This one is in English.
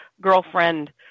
girlfriend